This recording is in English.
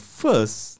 first